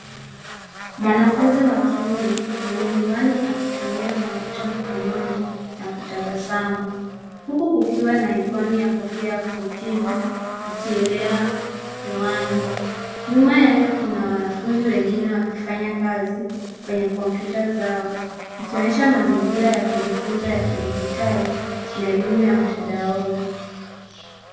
Mwanafunzi wa kiume, mwenye miwani akitumia kompyuta mkononi, na kutabasamu, huku kukiwa na ikoni ya kofia ya kuhitimu ikielea hewani. Nyuma yake kuna wanafunzi wengine wakifanya kazi, kwenye kopyuta zao, ikionyesha mazingira ya kujifunza ya kidijitali na elimu ya mtandaoni.